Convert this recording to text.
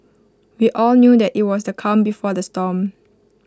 we all knew that IT was the calm before the storm